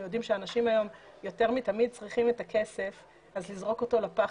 יודעים שאנשים היום יותר מתמיד צריכים את הכסף וחבל לזרוק אותו לפח,